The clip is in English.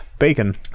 bacon